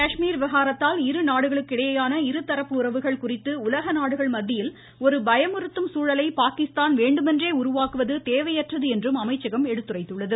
காஷ்மீர் விவகாரத்தால் இரு நாடுகளுக்கு இடையேயான இருதரப்பு உறவுகள் உலக நாடுகள் மத்தியில் ஒரு பயமுறுத்தும் சூழலை பாகிஸ்தான் குறிக்கு வேண்டுமென்றே உருவாக்குவது தேவையற்றது என்றும் அமைச்சகம் எடுத்துரைத்தது